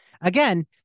Again